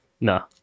No